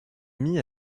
mis